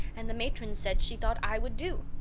and the matron said she thought i would do.